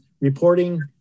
reporting